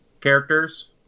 characters